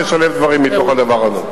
לשלב דברים מתוך הדבר הזה.